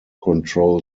control